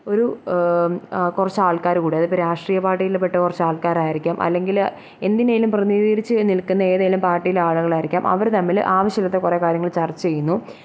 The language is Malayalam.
ഒരു കുറച്ച് ആള്ക്കാർ കൂടെ അത് ഇപ്പോൾ രാഷ്ട്രീയ പാർട്ടിയിൽ പെട്ട കുറച്ച് ആള്ക്കാർ ആർക്കും അല്ലെങ്കിൽ എന്തിനേലും പ്രതിനിധീകരിച്ച് നില്ക്കുന്ന ഏതേലും പാട്ടിലെ ആളുകൾ ആയിരിക്കാം അവർ തമ്മിൽ ആവശ്യം ഇല്ലാത്ത കുറേ കാര്യങ്ങള് ചര്ച്ച ചെയ്യുന്നു